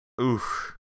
Oof